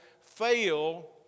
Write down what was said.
fail